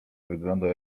wyglądał